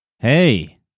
Hey